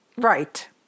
right